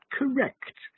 correct